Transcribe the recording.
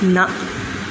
ਨਾ